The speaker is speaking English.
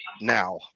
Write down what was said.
now